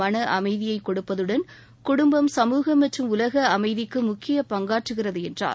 மன அமைதியை கொடுப்பதுடன் குடும்பம் சமூகம் மற்றும் உலக அமைதிக்கு யோகா முக்கிய பங்காற்றுகிறது என்றார்